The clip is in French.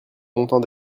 montant